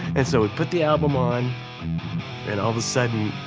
and so we put the album on and all of a sudden,